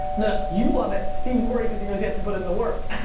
no, no. you love it, steve's worried because he knows he has to put in the work.